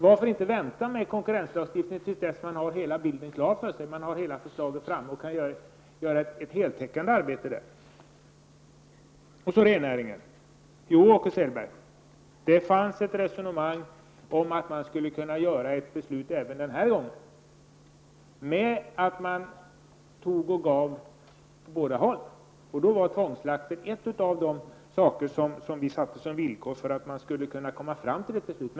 Varför inte vänta med konkurrenslagstiftningen tills hela bilden är klar, ett förslag har kommit fram och det går att göra ett heltäckande arbete? Sedan har vi rennäringen. Ja, Åke Selberg, det fanns ett resonemang om att man skulle kunna fatta ett beslut även denna gång. Man skulle ge åt båda hållen. Tvångsslakten var en av de saker vi satte som villkor för att kunna komma fram till ett beslut.